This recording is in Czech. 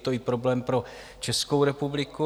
Je to i problém pro Českou republiku.